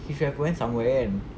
he should have went somewhere